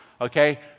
Okay